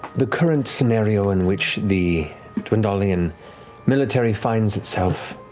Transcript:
the current scenario in which the dwendalian military finds itself,